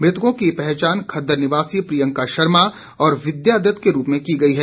मृतकों की पहचान खद्दर निवासी प्रियंका शर्मा और विद्या दत्त के रूप में की गई है